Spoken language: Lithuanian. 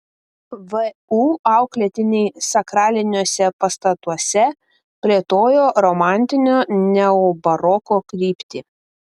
vu auklėtiniai sakraliniuose pastatuose plėtojo romantinio neobaroko kryptį